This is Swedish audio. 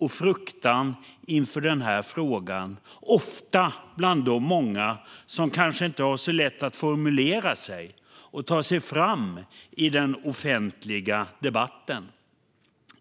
och fruktan inför den här frågan, ofta bland de många som kanske inte har så lätt att formulera sig och ta sig fram i den offentliga debatten.